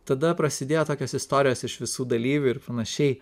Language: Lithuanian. tada prasidėjo tokios istorijos iš visų dalyvių ir panašiai